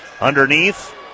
Underneath